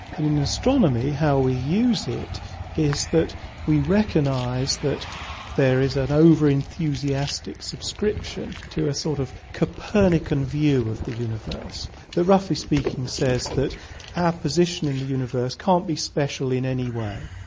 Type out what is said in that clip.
in astronomy how we use it is that we recognise that there is an over-enthusiastic subscription to a sort of copernican view of the universe that roughly speaking says that our position in the universe can't be special in any way.